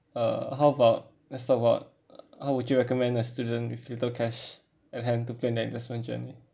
uh how about let's talk about how would you recommend a student with little cash at hand to plan an investment journey